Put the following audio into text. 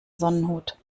sonnenhut